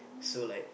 so like